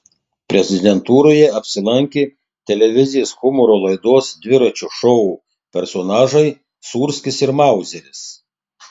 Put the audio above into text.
prezidentūroje apsilankė televizijos humoro laidos dviračio šou personažai sūrskis ir mauzeris